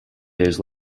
days